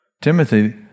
Timothy